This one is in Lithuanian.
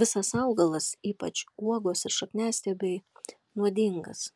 visas augalas ypač uogos ir šakniastiebiai nuodingas